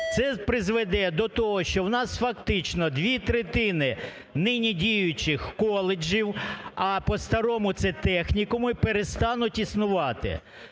Це призведе до того, що в нас фактично дві третини нині діючих коледжів, а по-старому це технікуми, перестануть існувати.